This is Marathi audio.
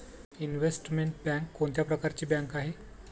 इनव्हेस्टमेंट बँक कोणत्या प्रकारची बँक आहे?